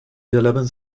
eleventh